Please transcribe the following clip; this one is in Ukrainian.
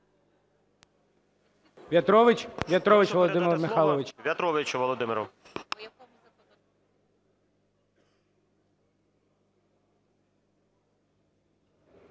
В'ятрович Володимир Михайлович.